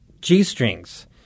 G-strings